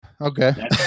Okay